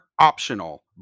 optional